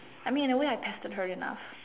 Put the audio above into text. I mean in the way I pestered her enough